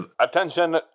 Attention